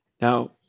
Now